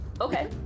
okay